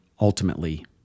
ultimately